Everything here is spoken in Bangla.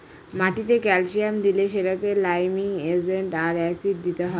মাটিতে ক্যালসিয়াম দিলে সেটাতে লাইমিং এজেন্ট আর অ্যাসিড দিতে হয়